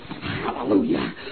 Hallelujah